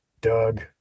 doug